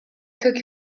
cook